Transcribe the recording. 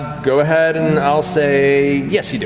go ahead and i'll say yes, you know